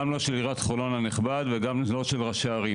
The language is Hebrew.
גם לא של עיריית חולון הנכבד וגם לא של ראשי ערים